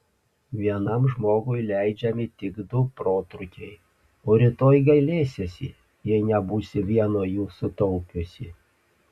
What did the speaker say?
vienam žmogui leidžiami tik du protrūkiai o rytoj gailėsiesi jei nebūsi vieno jų sutaupiusi